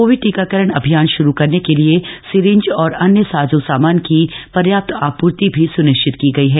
Covid टीकाकरण अभियान शुरू करने के लिए सीरिंज और अन्य साजो सामान की पर्याप्त आपूर्ति भी सुनिश्चित की गई है